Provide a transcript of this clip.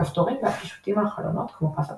מכפתורים ועד קישוטים על חלונות כמו פס הכותרת.